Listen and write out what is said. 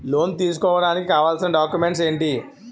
Loan తీసుకోడానికి కావాల్సిన documents ఎంటి?